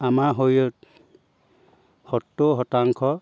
আমাৰ শৰীৰত সত্তৰ শতাংশ